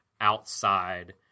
outside